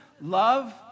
Love